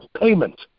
payment